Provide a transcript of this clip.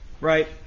right